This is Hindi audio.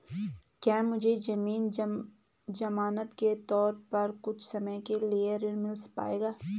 क्या मुझे ज़मीन ज़मानत के तौर पर कुछ समय के लिए ऋण मिल पाएगा?